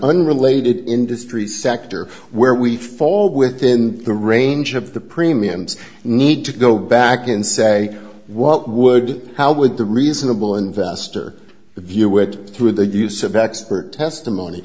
unrelated industry sector where we fall within the range of the premiums need to go back and say what would how would the reasonable investor view it through the use of expert testimony